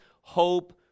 hope